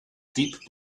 deep